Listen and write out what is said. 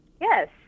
Yes